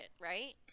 right